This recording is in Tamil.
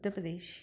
உத்திரப்பிரதேஷ்